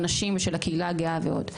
הנשים ושל הקהילה הגאה ועוד.